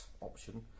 option